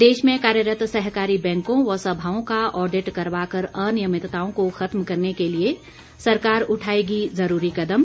प्रदेश में कार्यरत सहकारी बैंकों व सभाओं का ऑडिट करवाकर अनियमितताओं को खत्म करने के लिए सरकार उठाएगी जरूरी कदम